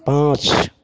पाँच